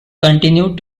continued